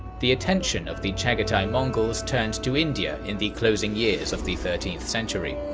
the attention of the chagatai mongols turned to india in the closing years of the thirteenth century.